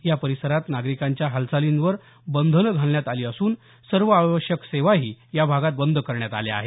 या परिसरात नागरिकांच्या हालचालींवर बंधनं घालण्यात आली असून सर्व आवश्यक सेवाही या भागात बंद करण्यात आल्या आहेत